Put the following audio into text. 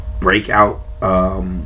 breakout